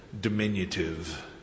diminutive